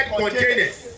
containers